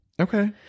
Okay